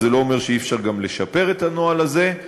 וזה לא אומר שאי-אפשר גם לשפר את הנוהל הזה.